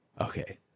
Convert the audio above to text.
Okay